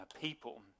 people